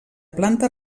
planta